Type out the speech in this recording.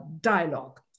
dialogue